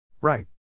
Right